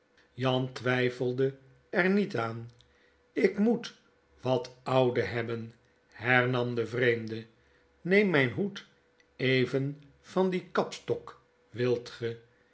jan twijfelde er niet aan ik moet wat oude hebben hernam de vreemde neem mijn hoed even van dien kapstok wilt ge